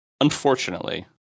unfortunately